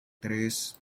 tres